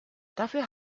dafür